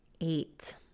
eight